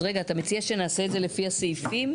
אתה מציע שנעשה את זה לפי הסעיפים,